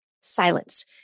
silence